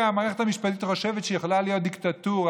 המערכת המשפטית חושבת שהיא יכולה להיות דיקטטורה,